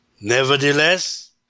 Nevertheless